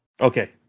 Okay